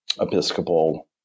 Episcopal